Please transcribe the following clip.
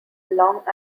long